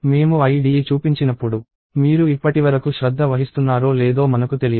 మేము IDE చూపించినప్పుడు మీరు ఇప్పటివరకు శ్రద్ధ వహిస్తున్నారో లేదో మనకు తెలియదు